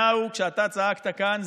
כשאתה צעקת כאן,